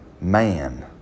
man